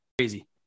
crazy